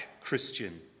Christian